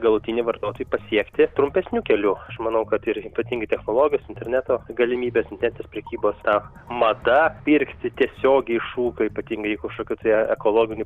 galutinį vartotoją pasiekti trumpesniu keliu aš manau kad ir ypatingai technologijos interneto galimybės internetinės prekybos ta mada pirkti tiesiogiai iš ūkio jeigu kažkokių tai ekologinių